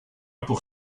pour